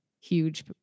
huge